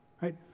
Right